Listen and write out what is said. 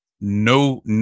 no